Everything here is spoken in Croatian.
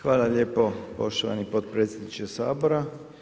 Hvala lijepo poštovani potpredsjedniče Sabora.